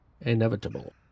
inevitable